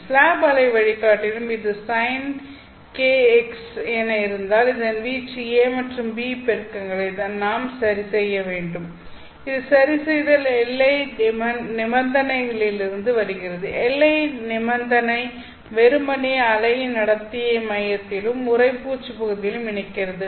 slab அலை வழிகாட்டியில் இது sin kxx என இருந்தால் இதன் வீச்சு a மற்றும் b பெருக்கங்களை நான் சரிசெய்ய வேண்டும் இந்த சரிசெய்தல் எல்லை நிபந்தனைகளிலிருந்து வருகிறது எல்லை நிபந்தனை வெறுமனே அலையின் நடத்தையை மையத்திலும் உறைப்பூச்சுப் பகுதியிலும் இணைக்கிறது